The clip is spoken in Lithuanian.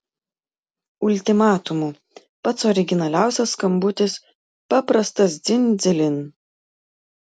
ultimatumu pats originaliausias skambutis paprastas dzin dzilin